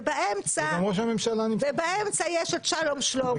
ובאמצע יש שלום שלמה